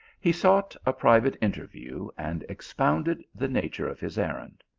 he sought a private interview, and expounded the nature of his errand.